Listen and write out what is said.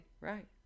Right